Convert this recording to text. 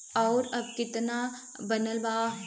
और अब कितना बनल बा?